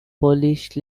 polish